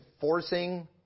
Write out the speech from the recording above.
forcing